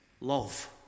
love